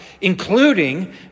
including